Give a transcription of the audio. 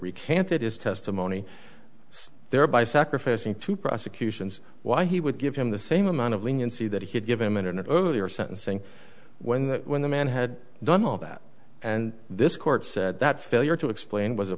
recanted his testimony thereby sacrificing to prosecutions why he would give him the same amount of leniency that he'd give him in an earlier sentencing when that when the man had done all that and this court said that failure to explain was